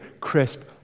crisp